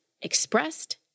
expressed